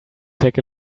take